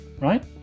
right